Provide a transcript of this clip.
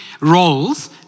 roles